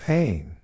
Pain